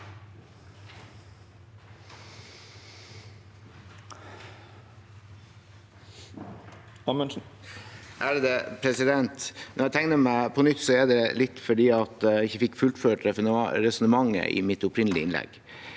Når jeg teg- ner meg på nytt, er det litt fordi jeg ikke fikk fullført resonnementet i mitt opprinnelige innlegg.